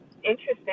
Interesting